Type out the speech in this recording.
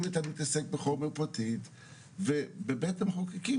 אם אתה מתעסק בחומר פרטי ובית המחוקקים,